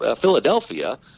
Philadelphia